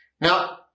Now